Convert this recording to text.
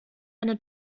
eine